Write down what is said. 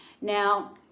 Now